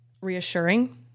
reassuring